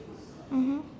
mmhmm